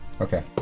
Okay